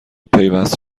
پیوست